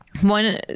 one